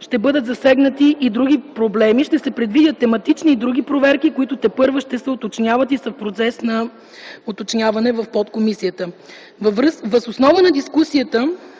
ще бъдат засегнати други проблеми. Ще се предвидят тематични и други проверки, които тепърва ще се уточняват. Въз основа на дискусията